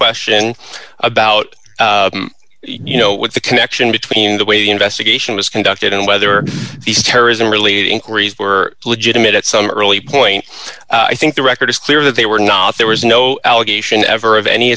question about you know what the connection between the way the investigation was conducted and whether these terrorism related inquiries were legitimate at some early point i think the record is clear that they were not there was no allegation ever of any